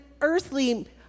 earthly